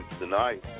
tonight